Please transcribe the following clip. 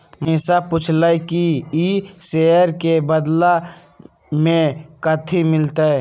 मनीषा पूछलई कि ई शेयर के बदला मे कथी मिलतई